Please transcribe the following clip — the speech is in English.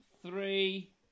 three